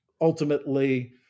ultimately